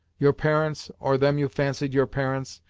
your parents, or them you fancied your parents,